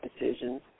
decisions